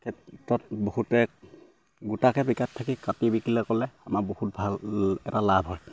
ক্ষেত্ৰত বহুতে গোটাকে কাটি বিকিলে ক'লে আমাৰ বহুত ভাল এটা লাভ হয়